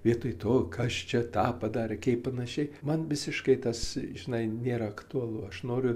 vietoj to kas čia tą padarė kaip panašiai man visiškai tas žinai nėra aktualu aš noriu